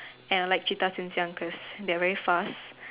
and I like cheetahs since young cause they are very fast